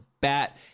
bat